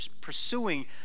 pursuing